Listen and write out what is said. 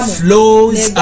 flows